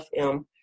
FM